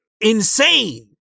insane